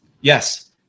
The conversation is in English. Yes